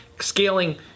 Scaling